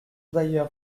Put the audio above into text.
d’ailleurs